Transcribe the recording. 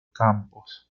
campos